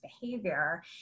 behavior